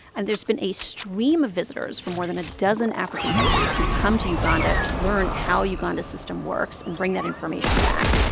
and there's been a stream of visitors for more than a dozen african countries who've come to uganda to learn how uganda's system works and bring that information back.